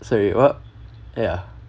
sorry what ya